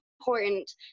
important